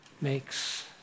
makes